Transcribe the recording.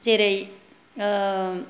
जेरै